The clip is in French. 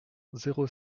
zéro